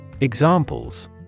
Examples